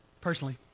personally